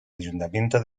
ayuntamiento